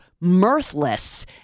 mirthless